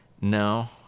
no